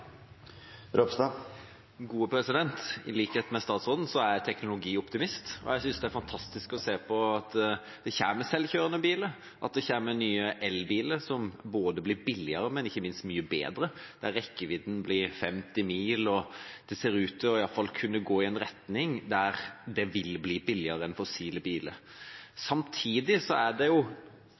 og jeg synes det er fantastisk å se at det kommer selvkjørende biler, at det kommer nye elbiler som blir både billigere og ikke minst mye bedre – der rekkevidden blir 50 mil, og der det ser ut til i alle fall å kunne gå i en retning der de vil bli billigere enn fossile biler. Samtidig er det